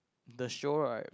the show right